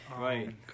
Right